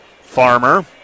Farmer